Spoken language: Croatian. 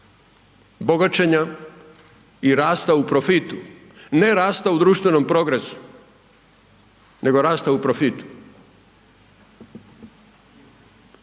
bogaćenja i rasta u profitu. Ne rasta u društvenom progresu, nego rasta u profitu.